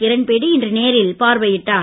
கிரண்பேடி இன்று நேரில் பார்வையிட்டார்